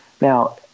Now